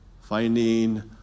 finding